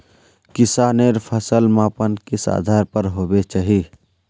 किसानेर फसल मापन किस आधार पर होबे चही?